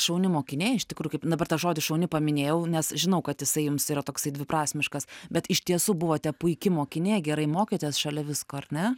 šauni mokinė iš tikrų kaip dabar tą žodį šauni paminėjau nes žinau kad jisai jums yra toksai dviprasmiškas bet iš tiesų buvote puiki mokinė gerai mokėtės šalia visko ar ne